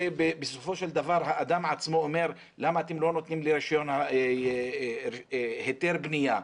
בסופו של דבר האדם עצמו אומר: למה אתם לא נותנים לי היתר בנייה?